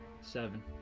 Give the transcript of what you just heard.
Seven